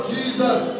Jesus